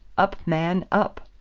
up, man, up!